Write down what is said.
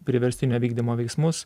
priverstinio vykdymo veiksmus